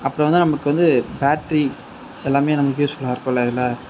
அப்பறம் வந்து நமக்கு வந்து பேட்ரி எல்லாமே நமக்கு யூஸ் ஃபுல்லாக இருக்கும்ல இதில்